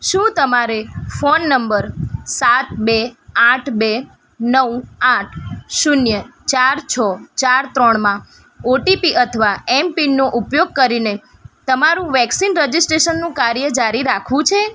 શું તમારે phone number સાત બે આઠ બે નવ આઠ શૂન્ય ચાર છ ચાર ત્રણમાં ઓ ટી પી અથવા ઍમ પીનનો ઉપયોગ કરી ને તમારું વૅક્સિનરજિસ્ટ્રેશનનું કાર્ય જારી રાખવું છે